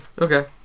Okay